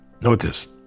Notice